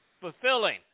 fulfilling